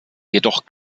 jedoch